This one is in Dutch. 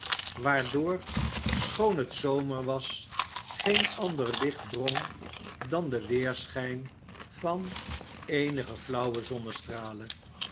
waardoor schoon het zomer was geen ander licht drong dan de weerschijn van eenige flauwe zonnestralen